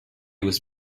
was